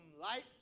light